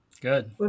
Good